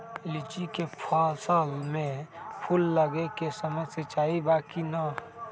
लीची के फसल में फूल लगे के समय सिंचाई बा कि नही?